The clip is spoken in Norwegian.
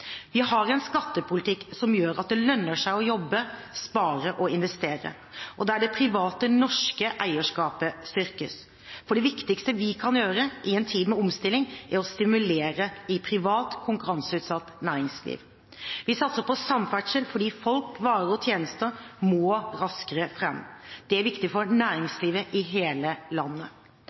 Vi har en skattepolitikk som gjør at det lønner seg å jobbe, spare og investere, og der det private norske eierskapet styrkes. For det viktigste vi kan gjøre i en tid med omstilling, er å stimulere i privat, konkurranseutsatt næringsliv. Vi satser på samferdsel, fordi folk, varer og tjenester må raskere fram. Det er viktig for næringslivet i hele landet.